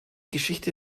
geschichte